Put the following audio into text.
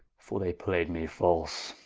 for they play'd me false,